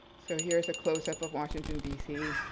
so here's a close-up of washington, d c.